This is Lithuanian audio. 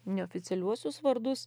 neoficialiuosius vardus